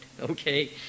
okay